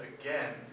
again